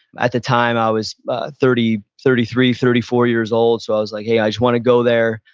at the time i was ah thirty thirty three, thirty four years old, so i was like, hey, i just want to go there.